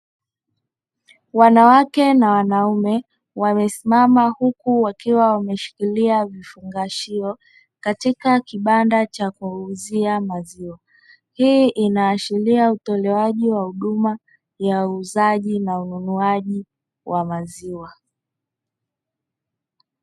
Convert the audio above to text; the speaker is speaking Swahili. Wanawake na wanaume wamesimama huku wakiwa wameshikilia vifungashio katika kibanda cha kuwauzia maziwa, hii inaashiria utoaji wa huduma ya uuzaji na ununuaji wa maziwa.